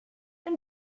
des